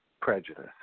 prejudice